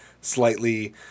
slightly